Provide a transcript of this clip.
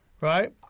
right